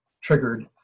triggered